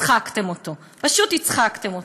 הצחקתם אותו, פשוט הצחקתם אותו.